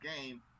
game